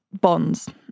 bonds